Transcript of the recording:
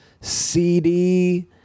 CD